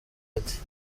ati